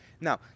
Now